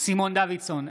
סימון דוידסון,